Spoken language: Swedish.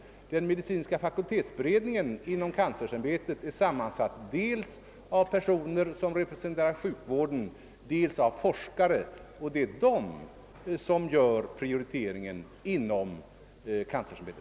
Den medicinska fakultetsberedningen inom kanslersämbetet är sammansatt dels av personer som representerar sjukvården, dels av forskare, och det är de som gör prioriteringen inom kanslersämbetet.